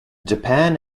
japan